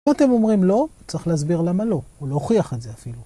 כמו אתם אומרים לא, צריך להסביר למה לא, או להוכיח את זה אפילו.